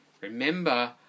Remember